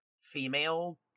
female